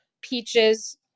Peaches